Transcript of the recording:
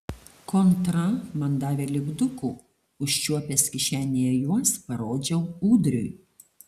kontra man davė lipdukų užčiuopęs kišenėje juos parodžiau ūdriui